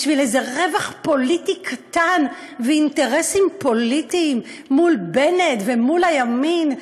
בשביל איזה רווח פוליטי קטן ואינטרסים פוליטיים מול בנט ומול הימין,